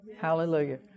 Hallelujah